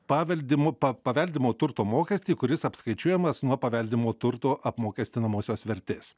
paveldimu paveldimo turto mokestį kuris apskaičiuojamas nuo paveldimo turto apmokestinamosios vertės